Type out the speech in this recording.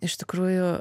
iš tikrųjų